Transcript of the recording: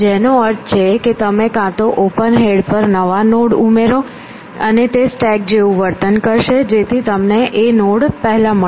જેનો અર્થ છે કે તમે કાં તો ઓપન હેડ પર નવા નોડ ઉમેરો અને તે સ્ટેક જેવું વર્તન કરશે જેથી તમને એ નોડ પેહલા મળશે